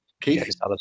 Keith